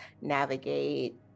navigate